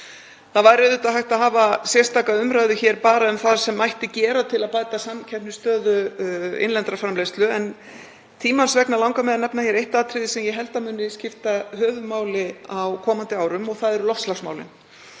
Það væri auðvitað hægt að hafa sérstaka umræðu hér bara um það sem mætti gera til að bæta samkeppnisstöðu innlendrar framleiðslu, en tímans vegna langar mig að nefna hér eitt atriði sem ég held að muni skipta höfuðmáli á komandi árum og það eru loftslagsmálin.